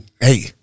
hey